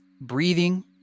Breathing